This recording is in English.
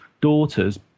daughters